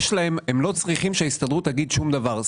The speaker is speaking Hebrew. הם לא צריכים שההסתדרות תגיד שום דבר.